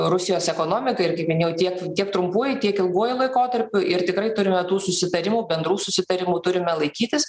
rusijos ekonomikai ir kaip minėjau tiek tiek trumpuoju tiek ilguoju laikotarpiu ir tikrai turime tų susitarimų bendrų susitarimų turime laikytis